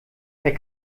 herr